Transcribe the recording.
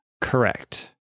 Correct